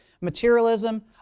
materialism